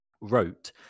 wrote